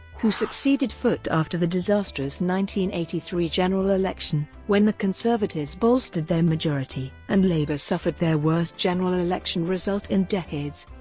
who succeeded foot after the disastrous eighty three general election, when the conservatives bolstered their majority and labour suffered their worst general election result in decades.